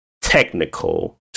technical